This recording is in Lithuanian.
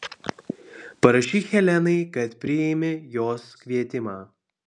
parašyk helenai kad priimi jos kvietimą